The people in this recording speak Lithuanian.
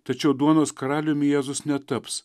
tačiau duonos karaliumi jėzus netaps